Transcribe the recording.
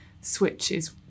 switches